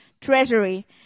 treasury